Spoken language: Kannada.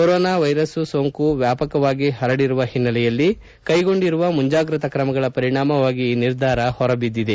ಕೊರೋನಾ ವೈರಸ್ ಸೋಂಕು ವ್ಡಾಪಕವಾಗಿ ಪರಡುತ್ತಿರುವ ಪನ್ನೆಲೆಯಲ್ಲಿ ಕೈಗೊಂಡಿರುವ ಮುಂಜಾಗ್ರತಾ ಕ್ರಮಗಳ ಪರಿಣಾಮವಾಗಿ ಈ ನಿರ್ಧಾರ ಹೊರಬಿದ್ದಿದೆ